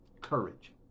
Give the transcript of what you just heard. Courage